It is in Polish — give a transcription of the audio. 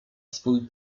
swój